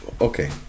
okay